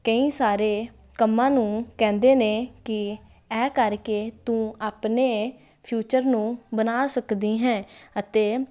ਕਈ ਸਾਰੇ ਕੰਮਾਂ ਨੂੰ ਕਹਿੰਦੇ ਨੇ ਕਿ ਇਹ ਕਰਕੇ ਤੂੰ ਆਪਣੇ ਫਿਊਚਰ ਨੂੰ ਬਣਾ ਸਕਦੀ ਹੈ ਅਤੇ